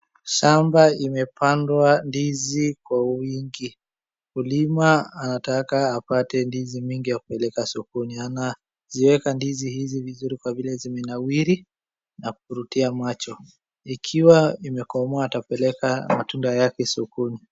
Shamaba imepandwa ndizi kwa wingi. Mkulima anataka apate ndizi mingi apeleke sokoni. Anaziwekwa ndizi hizi vizuri kwa vile zimenawiri na kuvurutia macho. Ikiwa imekomaa atapeleka matunda yake sokoni.